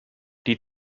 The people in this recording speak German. die